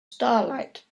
starlight